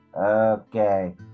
Okay